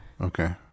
Okay